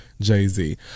Jay-Z